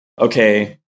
okay